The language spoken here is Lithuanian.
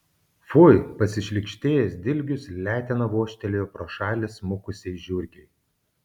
fui pasišlykštėjęs dilgius letena vožtelėjo pro šalį smukusiai žiurkei